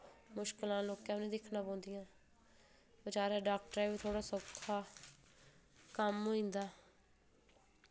मुश्कलां लोकैं बी निं दिक्खना पौंदियां बचैरें डाक्टरें बी थोह्ड़ा सौखा कम्म होई जंदा